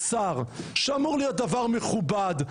שר שאמור להיות דבר מכובד,